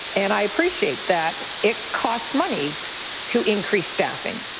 and i appreciate that it costs money to increase staffing.